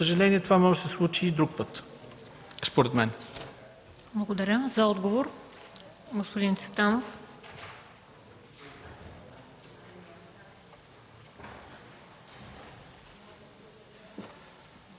за съжаление, това може да се случи и друг път,